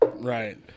Right